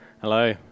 Hello